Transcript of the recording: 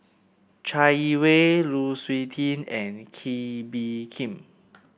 Chai Yee Wei Lu Suitin and Kee Bee Khim